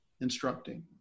instructing